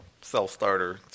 self-starter